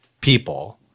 people